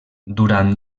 durant